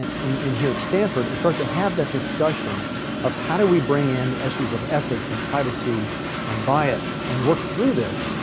in in here at stanford? and start to have that discussion of how do we bring in issues of ethics and privacy and bias and work through this,